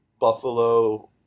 Buffalo